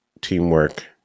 teamwork